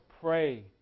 pray